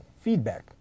feedback